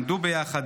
למדו ביחד,